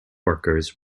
workers